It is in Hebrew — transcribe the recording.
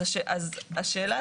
אז השאלה,